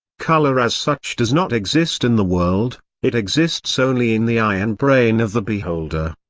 color as such does not exist in the world it exists only in the eye and brain of the beholder.